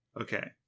Okay